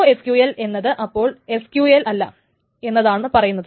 NoSQL എന്നത് അപ്പോൾ SQL അല്ല എന്നാണ് പറയുന്നത്